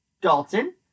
Dalton